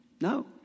No